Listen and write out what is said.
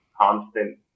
constant